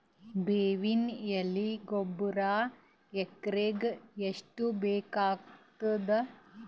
ಬೇವಿನ ಎಲೆ ಗೊಬರಾ ಎಕರೆಗ್ ಎಷ್ಟು ಬೇಕಗತಾದ?